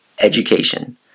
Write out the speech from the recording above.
education